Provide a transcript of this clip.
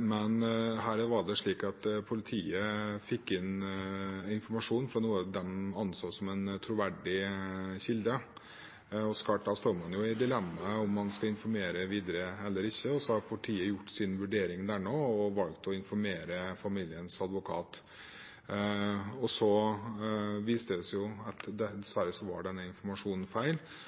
Men her var det slik at politiet fikk inn informasjon fra noe de anså som en troverdig kilde, og da står man i dilemmaet om hvorvidt man skal informere videre eller ikke. Så har politiet gjort sin vurdering og valgt å informere familiens advokat. Og så viste det seg at dessverre var denne informasjonen feil,